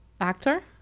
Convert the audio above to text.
actor